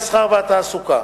המסחר והתעסוקה